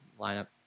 lineup